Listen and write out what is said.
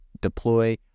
deploy